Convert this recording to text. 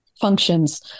functions